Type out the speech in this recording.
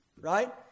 right